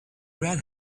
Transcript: red